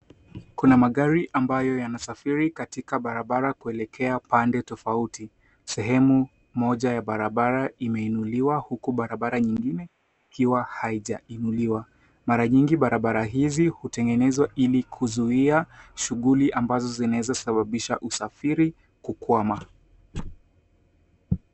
Kuna magari ambayo yanasafiri katika barabara kuelekea pande tofauti. Sehemu moja ya barabara imeinuliwa, huku barabara nyingine ikiwa haijainuliwa. Mara nyingi barabara hizi hutengenezwa ili kuzuia shuguli ambazo zinaeza sababisha usafiri kukwama.